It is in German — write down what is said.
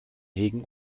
hegen